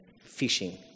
Fishing